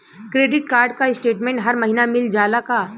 Credit card क statement हर महिना मिल जाला का?